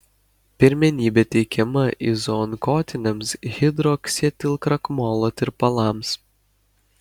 pirmenybė teikiama izoonkotiniams hidroksietilkrakmolo tirpalams